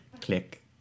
click